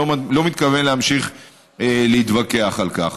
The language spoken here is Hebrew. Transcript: אני לא מתכוון להמשיך להתווכח על כך.